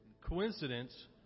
coincidence